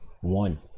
one